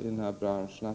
i den här branschen.